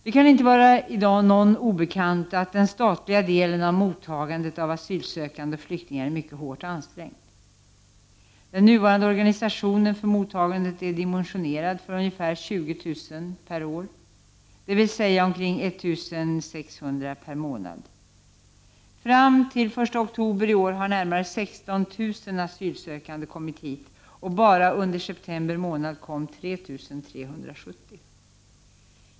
Det kan i dag inte vara någon obekant att den statliga delen av mottagandet av asylsökande och flyktingar är mycket hårt ansträngd. Den nuvarande organisationen för mottagandet är dimensionerad för ungefär 20000 per år, dvs. omkring 1600 personer per månad. Fram till den första oktober i år har närmare 16 000 asylsökande kommit hit och bara under september månad kom 3370.